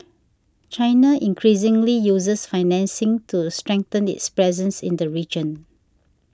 China increasingly uses financing to strengthen its presence in the region